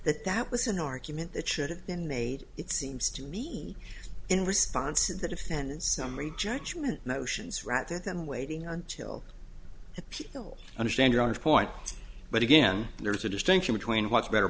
that that was an argument that should have been made it seems to me in response to the defendant's summary judgment motions rather than waiting until people understand it on his point but again there's a distinction between what's better